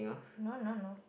no no no